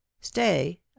Stay